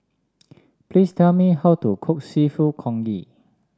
please tell me how to cook seafood Congee